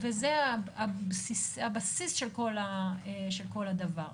וזה הבסיס של כל הדבר.